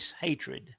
hatred